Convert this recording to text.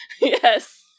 Yes